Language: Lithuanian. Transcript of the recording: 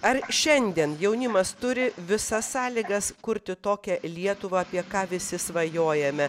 ar šiandien jaunimas turi visas sąlygas kurti tokią lietuvą apie ką visi svajojame